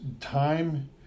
time